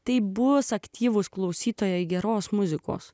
taip bus aktyvūs klausytojai geros muzikos